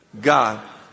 God